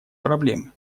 проблемы